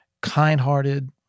kind-hearted